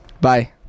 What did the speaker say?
Bye